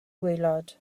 gwaelod